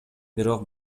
бирок